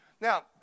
Now